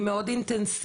היא מאוד אינטנסיבית.